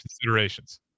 considerations